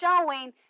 showing